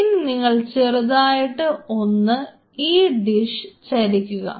ഇനി നിങ്ങൾ ചെറുതായിട്ട് ഒന്ന് ഈ ഡിഷ്നെ ചരിക്കുക